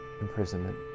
imprisonment